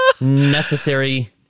Necessary